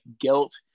guilt